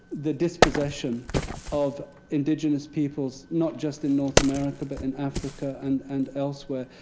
the dispossession of indigenous peoples, not just in north america but in africa and and elsewhere.